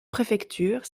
préfecture